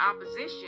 opposition